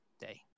day